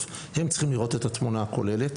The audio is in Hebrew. הם צריכים לראות את התמונה הכוללת,